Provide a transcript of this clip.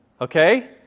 Okay